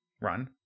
run